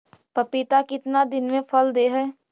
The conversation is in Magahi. पपीता कितना दिन मे फल दे हय?